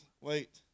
wait